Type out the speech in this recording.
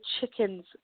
chickens